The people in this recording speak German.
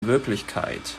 wirklichkeit